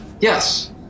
Yes